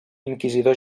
inquisidor